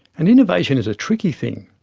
and innovation is a tricky thing.